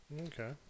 Okay